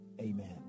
Amen